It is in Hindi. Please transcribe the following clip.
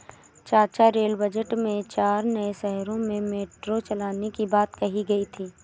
चाचा रेल बजट में चार नए शहरों में मेट्रो चलाने की बात कही गई थी